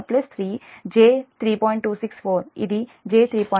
264 ఇది j3